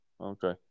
Okay